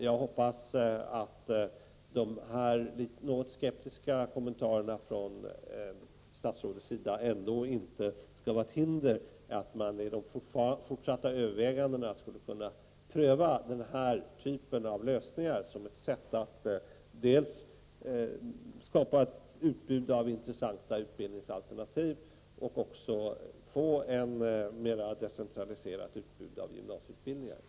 Jag hoppas att de här något skeptiska kommentarerna från statsrådets sida ändå inte skall vara ett hinder för att man i de fortsatta övervägandena skulle kunna pröva den här typen av lösningar som ett sätt att skapa ett utbud av intressanta utbildningsalternativ och också få ett mera decentraliserat utbud av gymnasieutbildningar.